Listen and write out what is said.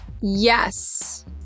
Yes